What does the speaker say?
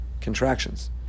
contractions